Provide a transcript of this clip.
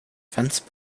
fence